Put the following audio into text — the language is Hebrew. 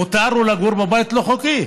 מותר לו לגור בבית לא חוקי.